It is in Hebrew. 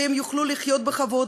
שהם יוכלו לחיות בכבוד,